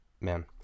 Man